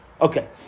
Okay